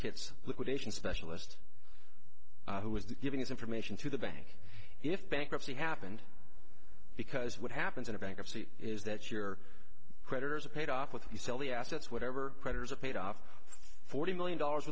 liquidation specialist who was giving this information to the bank if bankruptcy happened because what happens in a bankruptcy is that your creditors are paid off with you sell the assets whatever creditors are paid off forty million dollars